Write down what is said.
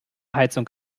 heizung